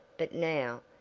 but now,